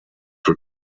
für